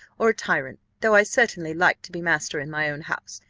or a tyrant, though i certainly like to be master in my own house.